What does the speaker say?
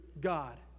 God